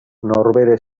norbere